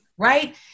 right